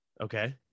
Okay